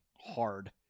hard